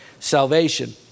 salvation